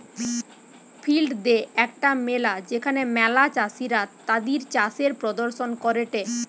field day একটা মেলা যেখানে ম্যালা চাষীরা তাদির চাষের প্রদর্শন করেটে